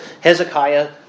Hezekiah